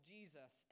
Jesus